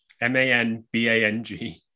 M-A-N-B-A-N-G